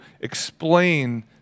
explain